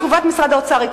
תגובת משרד האוצר היא,